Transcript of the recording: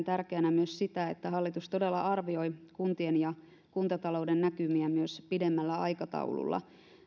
tärkeänä myös sitä että hallitus todella arvioi kuntien ja kuntatalouden näkymiä myös pidemmällä aikataululla